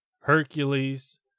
Hercules